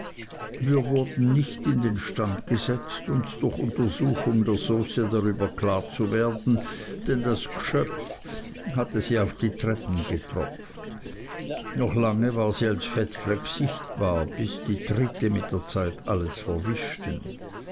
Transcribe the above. wir wurden nicht in den stand gesetzt uns durch untersuchung der sauce darüber klar zu werden denn das gschöpf hatte sie auf die treppen getropft noch lange war sie als fettfleck sichtbar bis die tritte mit der zeit alles verwischten